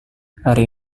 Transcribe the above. hari